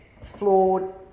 Flawed